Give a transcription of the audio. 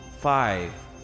Five